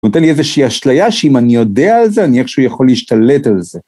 הוא נותן לי איזושהי אשליה שאם אני יודע על זה אני איכשהו יכול להשתלט על זה.